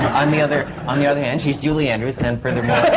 on the other. on the other hand, she's julie andrews. and and furthermore.